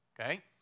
Okay